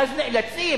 ואז נאלצים